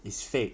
is fake